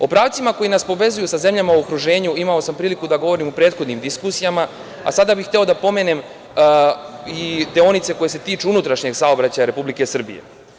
O pravcima koji nas povezuju sa zemljama u okruženju, imao sam prilike da govorim u prethodnim diskusijama, a sada bih hteo da pomenem i deonice koje se tiču unutrašnjeg saobraćaja Republike Srbije.